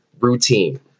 routine